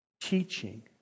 teaching